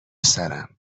سرم